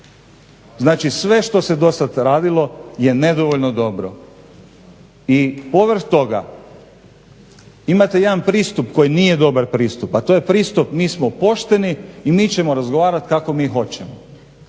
Znači sve što se do sada radilo je nedovoljno dobro. I povrh toga imate jedan pristup koji nije dobar pristup, a to je pristup mi smo pošteni mi ćemo razgovarati kako mi hoćemo.